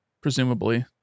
presumably